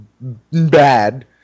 bad